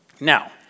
Now